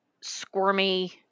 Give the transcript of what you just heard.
squirmy